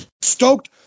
stoked